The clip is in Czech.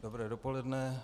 Dobré dopoledne.